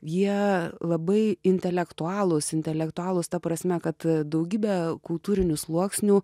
jie labai intelektualūs intelektualūs ta prasme kad daugybė kultūrinių sluoksnių